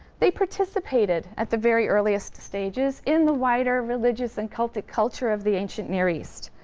they participated at the very earliest stages in the wider religious and cultic culture of the ancient near east.